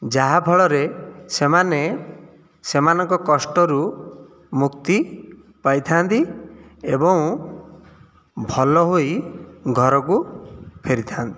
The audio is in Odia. ଯାହାଫଳରେ ସେମାନେ ସେମାନଙ୍କ କଷ୍ଟରୁ ମୁକ୍ତି ପାଇଥାନ୍ତି ଏବଂ ଭଲ ହୋଇ ଘରକୁ ଫେରିଥାନ୍ତି